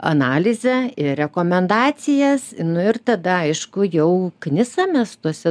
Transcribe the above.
analizę ir rekomendacijas nu ir tada aišku jau knisamės tuose